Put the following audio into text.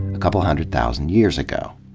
a couple hundred thousand years ago.